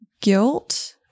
guilt